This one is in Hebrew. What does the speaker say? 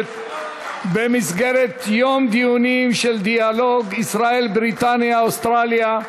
לכנסת במסגרת יום דיונים של דיאלוג ישראל בריטניה אוסטרליה.